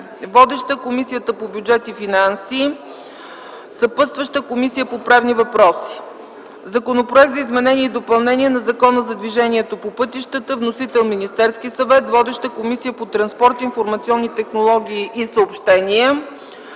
Водеща е Комисията по бюджет и финанси. Съпътстваща е Комисията по правни въпроси. Законопроект за изменение и допълнение на Закона за движението по пътищата. Вносител е Министерският съвет. Водеща е Комисията по транспорт, информационни технологии и съобщения.